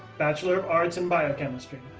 bachelor of arts in biochemistry.